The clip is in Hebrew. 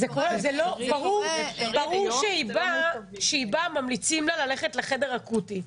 ברור שכשהיא באה ממליצים לה ללכת לחדר אקוטי.